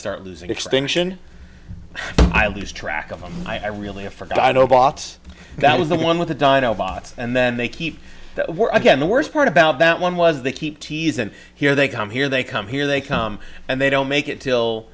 start losing extension i lose track of them and i really have forgotten obama that was the one with the dido bots and then they keep again the worst part about that one was they keep tease and here they come here they come here they come and they don't make it til